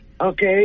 okay